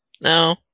No